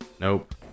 Nope